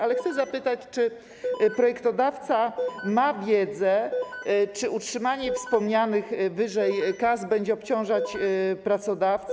Ale chcę zapytać, czy projektodawca ma wiedzę, czy utrzymanie wspomnianych wyżej kas będzie obciążać pracodawcę.